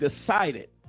decided